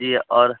जी और